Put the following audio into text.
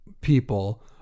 people